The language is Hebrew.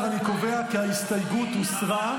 אני קובע כי ההסתייגות הוסרה.